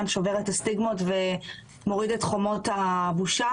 שובר את הסטיגמות ומוריד את חומות הבושה,